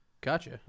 Gotcha